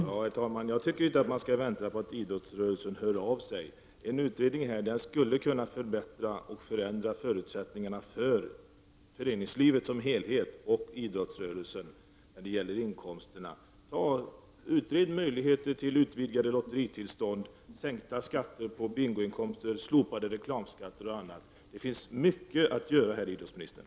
Herr talman! Jag tycker inte att regeringen skall vänta på att idrottsrörelsen hör av sig. En utredningen skulle kunna förändra och förbättra förutsättningarna när det gäller inkomster för föreningslivet som helhet och för idrottsrörelsen. Utred möjligheten till utvidgade lotteritillstånd, sänkta skatter på bingoinkomster, slopade reklamskatter och annat. Det finns mycket att göra här, idrottsministern.